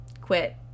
quit